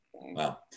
Wow